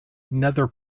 nether